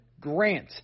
Grant